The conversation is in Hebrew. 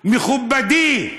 מכובדי,